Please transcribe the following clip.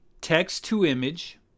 text-to-image